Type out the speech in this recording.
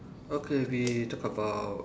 okay we talk about